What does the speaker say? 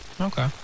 Okay